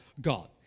God